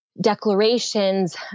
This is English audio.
Declarations